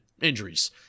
injuries